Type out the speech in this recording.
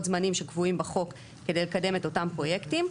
זמנים שקבועים בחוק כדי לקדם את אותם פרויקטים.